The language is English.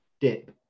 dip